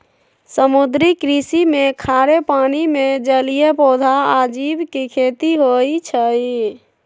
समुद्री कृषि में खारे पानी में जलीय पौधा आ जीव के खेती होई छई